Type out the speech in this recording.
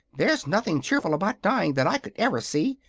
there's nothing cheerful about dying that i could ever see,